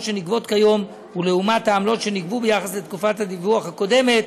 שנגבות כיום ולעומת העמלות שנגבו ביחס לתקופת הדיווח הקודמת